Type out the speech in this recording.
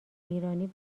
ایرانی